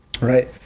right